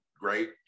great